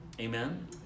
Amen